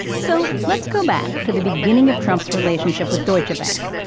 so let's go back to the beginning of trump's relationship with deutsche bank.